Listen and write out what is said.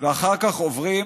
ואחר כך עוברים